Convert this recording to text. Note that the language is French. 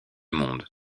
monde